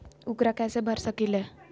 ऊकरा कैसे भर सकीले?